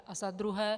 A za druhé.